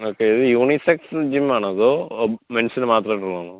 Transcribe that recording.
okay ഇത് unisex gym ആണോ മെൻസിന് മാത്രമായിട്ടുള്ളതാണോ